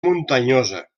muntanyosa